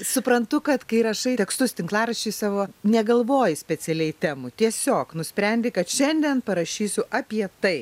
suprantu kad kai rašai tekstus tinklaraščiui savo negalvoji specialiai temų tiesiog nusprendi kad šiandien parašysiu apie tai